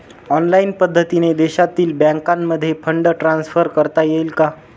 Online पद्धतीने देशातील बँकांमध्ये फंड ट्रान्सफर करता येईल का?